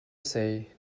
say